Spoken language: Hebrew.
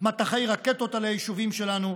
מטחי רקטות על היישובים שלנו,